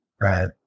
right